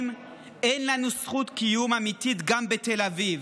אין לנו זכות קיום אמיתית גם בתל אביב.